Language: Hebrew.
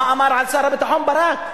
מה אמר על שר הביטחון ברק,